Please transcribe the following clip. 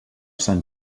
sant